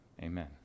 Amen